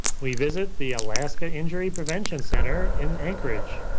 we visit the alaska injury prevention center in anchorage.